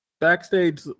backstage